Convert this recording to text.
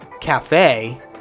cafe